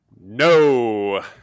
no